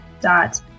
dot